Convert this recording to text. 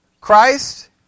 Christ